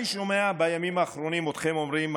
אני שומע בימים האחרונים אתכם אומרים: